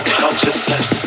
consciousness